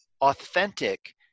authentic